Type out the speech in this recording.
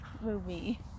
movie